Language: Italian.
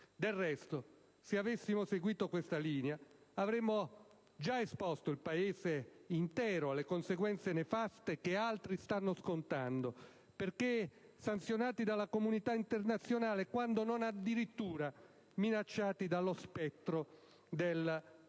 Del resto, se avessimo seguito questa linea avremmo esposto il Paese intero alle conseguenze nefaste che altri stanno scontando, perché sanzionati dalla comunità internazionale quando non addirittura minacciati dallo spettro del fallimento.